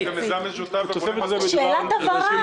זה שאלת הבהרה.